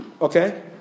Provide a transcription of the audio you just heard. okay